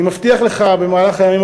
אני מבטיח לך לבדוק את זה במהלך הימים